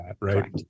Right